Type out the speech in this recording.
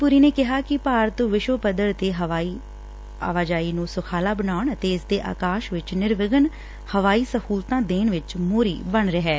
ਪੁਰੀ ਨੇ ਕਿਹਾ ਕਿ ਭਾਰਤ ਵਿਸ਼ਵ ਪੱਧਰ ਤੇ ਹਵਾਈ ਆਵਾਜਾਈ ਨੰ ਸੁਖਾਲਾ ਬਣਾਉਣ ਅਤੇ ਇਸ ਦੇ ਆਕਾਸ ਵਿਚ ਨਿਰਵਿਘਨ ਹਵਾਈ ਸਹੂਲਤਾਂ ਦੇਣ ਵਿਚ ਮੋਹਰੀ ਬਣ ਰਿਹੈ